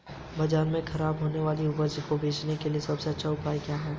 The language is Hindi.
बाजार में खराब होने वाली उपज को बेचने के लिए सबसे अच्छा उपाय क्या है?